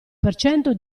percento